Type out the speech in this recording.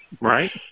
Right